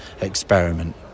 experiment